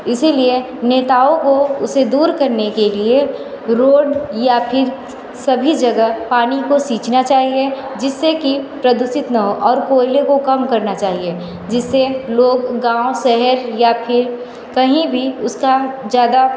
इसी लिए नेताओं को उसे दूर करने के लिए रोड या फिर सभी जगह पानी को सींचना चाहिए जिस से कि प्रदूषित ना हो और कोयले को कम करना चाहिए जिस से लोग गाँव शहर या फिर कहीं भी उसका ज़्यादा